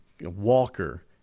walker